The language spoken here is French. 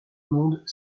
monde